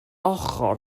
ochr